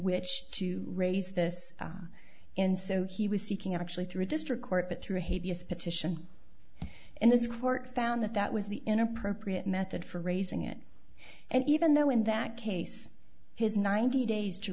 which to raise this and so he was seeking actually through district court but through a hate us petition and this court found that that was the inappropriate method for raising it and even though in that case his ninety days to